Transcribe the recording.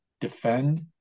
defend